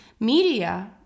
media